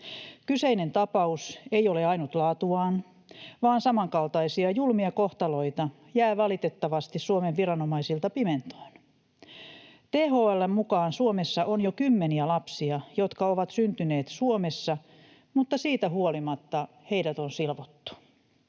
Kyseinen tapaus ei ole ainut laatuaan, vaan samankaltaisia julmia kohtaloita jää valitettavasti Suomen viranomaisilta pimentoon. THL:n mukaan Suomessa on jo kymmeniä lapsia, jotka ovat syntyneet Suomessa, mutta siitä huolimatta heidät on silvottu.